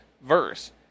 verse